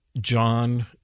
John